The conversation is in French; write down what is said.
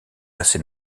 assez